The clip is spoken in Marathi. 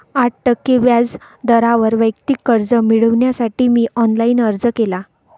आठ टक्के व्याज दरावर वैयक्तिक कर्ज मिळविण्यासाठी मी ऑनलाइन अर्ज केला